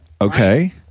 okay